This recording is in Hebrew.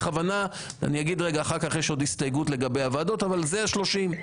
אני אגיד אחר-כך שיש הסתייגות לגבי הוועדות אבל זה ה-30.